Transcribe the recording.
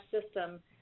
system